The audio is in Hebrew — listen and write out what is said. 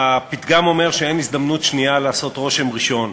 הפתגם אומר שאין הזדמנות שנייה לעשות רושם ראשון,